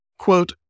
Quote